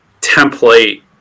template